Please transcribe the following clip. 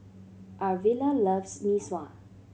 Arvilla loves Mee Sua